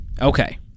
Okay